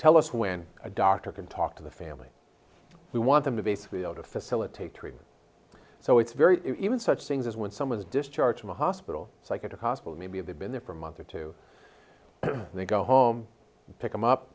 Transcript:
tell us when a doctor can talk to the family we want them to basically able to facilitate treatment so it's very even such things as when someone's discharge from a hospital psychiatric hospital maybe they've been there for a month or two and they go home pick them up